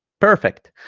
perfect